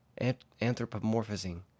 Anthropomorphizing